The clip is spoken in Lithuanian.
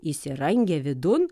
įsirangė vidun